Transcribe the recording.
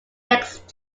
next